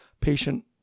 patient